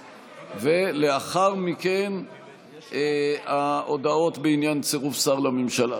ולאחר מכן ההודעות בעניין צירוף שר לממשלה.